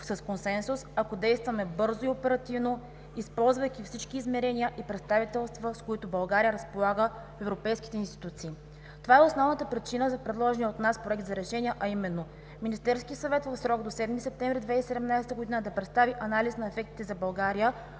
с консенсус, ако действаме бързо и оперативно, използвайки всички измерения и представителства, с които България разполага в европейските институции. Това е основната причина за предложения от нас проект за решение, а именно: Министерският съвет в срок до 7 септември 2017 г. да представи анализ на ефектите за България